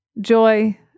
joy